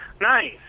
Nice